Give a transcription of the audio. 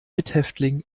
mithäftling